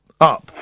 up